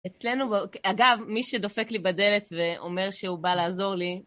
אצלנו... אגב, מי שדופק לי בדלת ואומר שהוא בא לעזור לי...